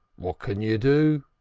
what can you do?